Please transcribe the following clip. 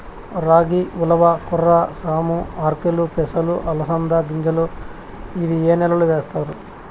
రాగి, ఉలవ, కొర్ర, సామ, ఆర్కెలు, పెసలు, అలసంద గింజలు ఇవి ఏ నెలలో వేస్తారు?